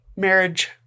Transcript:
marriage